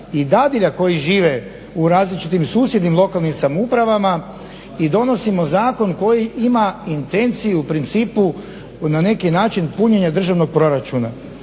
i dadilja koje žive u različitim susjednim lokalnim samoupravama i donosimo zakon koji ima intenciju u principu na neki način punjenja državnog proračuna.